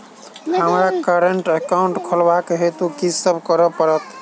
हमरा current account खोलेवाक हेतु की सब करऽ पड़त?